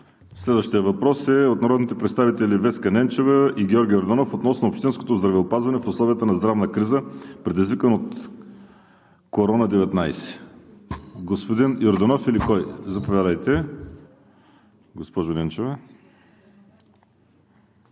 Следващият въпрос е от народните представители Веска Ненчева и Георги Йорданов относно общинското здравеопазване в условията на здравна криза, предизвикана от COVID-19. Господин Йорданов или кой? Заповядайте, госпожо Ненчева.